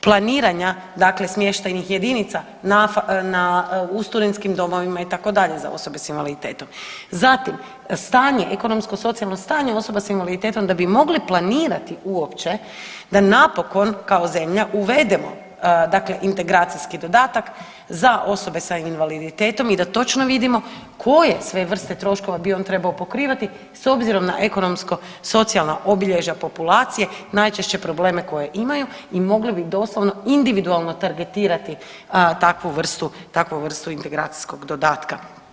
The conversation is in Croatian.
Planiranja, dakle smještajnih jedinica na, u studentskim domovima, itd., za osobe s invaliditetom, zatim, stanje, ekonomsko-socijalno stanje osoba s invaliditetom da bi mogli planirati uopće da napokon, kao zemlja uvedemo dakle integracijski dodatak za osobe s invaliditetom i da točno vidimo koje sve vrste troškova bi on trebao pokrivati s obzirom na ekonomsko-socijalna obilježja populacije, najčešće probleme koje imaju i mogli bi doslovno individualno targetirati takvu vrstu integracijskog dodatka.